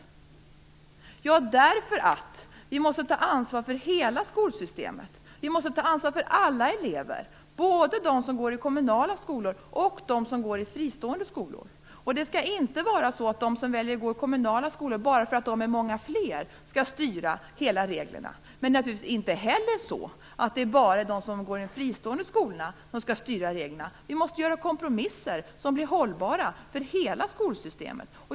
Det har vi inte gjort därför att vi måste ta ansvar för hela skolsystemet. Vi måste ta ansvar för alla elever, både de som går i kommunala skolor och de som går i fristående skolor. Det skall inte vara så att de som väljer att gå i kommunala skolor skall styra alla regler bara för att de är många fler. Men det skall naturligtvis inte heller vara så att det bara är de som går i de fristående skolorna som skall styra reglerna. Vi måste göra kompromisser som blir hållbara för hela skolsystemet.